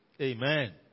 Amen